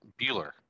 Bueller